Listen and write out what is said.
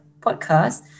podcast